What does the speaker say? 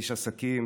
איש עסקים,